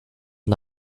and